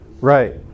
right